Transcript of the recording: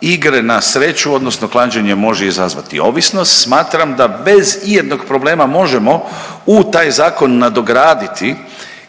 igre na sreću odnosno klađenje može izazvati ovisnost smatram da bez ijednog problema možemo u taj zakon nadograditi